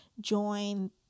join